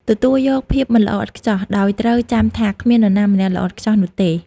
ទទួលយកភាពមិនល្អឥតខ្ចោះ ដោយត្រូវចាំថាគ្មាននរណាម្នាក់ល្អឥតខ្ចោះនោះទេ។